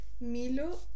milo